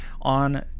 on